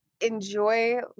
enjoy